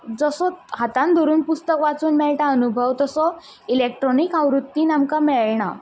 जसो हातांन धरून पुस्तक वाचूंन मेळटा अनुभव तसो इलेक्ट्रोनीक आवृत्तीन आमकां मेळना